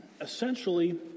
essentially